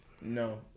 No